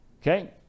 okay